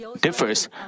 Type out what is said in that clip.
differs